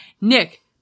nick